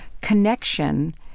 connection